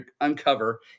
uncover